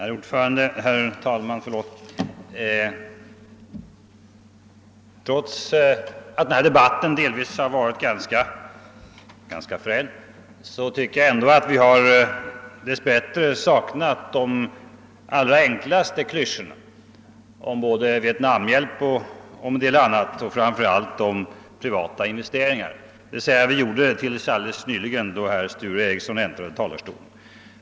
Herr talman! Trots att denna debatt delvis har varit ganska frän har vi dess bättre saknat de allra enklaste klyschorna om Vietnamnhjälp och framför allt om privata investeringar, d. v. s. till helt nyss då herr Sture Ericson äntrade talarstolen.